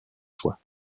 soient